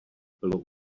bylo